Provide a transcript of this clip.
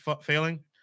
failing